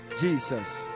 Jesus